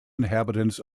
inhabitants